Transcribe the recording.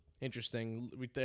interesting